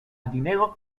dineros